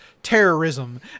Terrorism